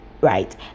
right